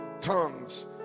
tongues